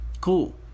Cool